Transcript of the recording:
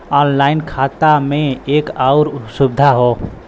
online खाता में एक आउर सुविधा हौ